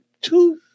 two